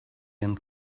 and